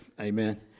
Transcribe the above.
amen